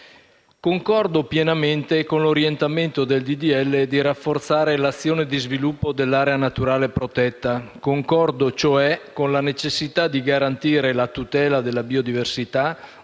Concordo pienamente con l'orientamento del disegno di legge di rafforzare l'azione di sviluppo dell'area naturale protetta. Concordo, cioè, con la necessità di garantire la tutela della biodiversità,